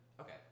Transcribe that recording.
Okay